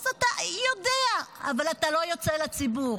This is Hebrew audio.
אז אתה יודע, אבל אתה לא יוצא לציבור.